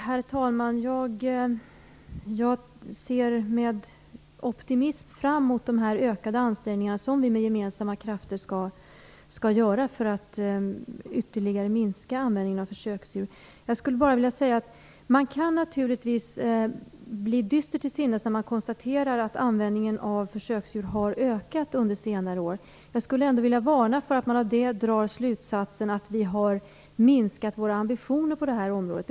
Herr talman! Jag ser med optimism fram mot de ökade ansträngningar som vi med gemensamma krafter skall göra för att ytterligare minska användningen av försöksdjur. Man kan naturligtvis bli dyster till sinnes när man konstaterar att användningen av försöksdjur har ökat under senare år, men jag skulle ändå vilja varna för att av det dra slutsatsen att vi har minskat våra ambitioner på det här området.